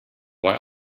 why